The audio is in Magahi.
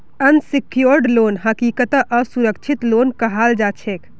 अनसिक्योर्ड लोन हकीकतत असुरक्षित लोन कहाल जाछेक